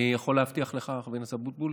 אני יכול להבטיח לך, חבר הכנסת אבוטבול,